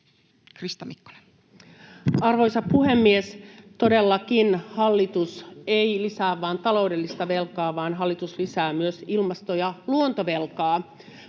16:51 Content: Arvoisa puhemies! Todellakin, hallitus ei lisää vain taloudellista velkaa, vaan hallitus lisää myös ilmasto- ja luontovelkaa.